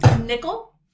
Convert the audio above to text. Nickel